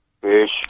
Fish